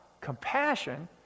compassion